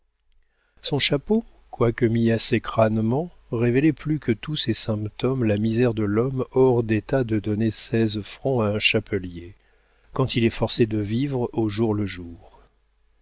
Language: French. son chapeau quoique mis assez crânement révélait plus que tous ces symptômes la misère de l'homme hors d'état de donner seize francs à un chapelier quand il est forcé de vivre au jour le jour